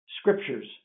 scriptures